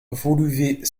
woluwe